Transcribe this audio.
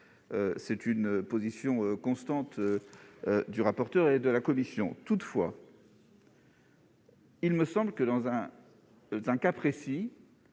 C'est là une position constante du rapporteur et de la commission. Toutefois, il me semble que dans un cas précis,